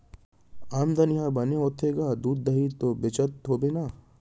आमदनी ह बने होथे गा, दूद, दही तो बेचत होबे ना?